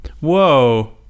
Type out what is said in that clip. Whoa